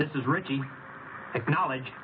this is ricky acknowledge